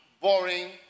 boring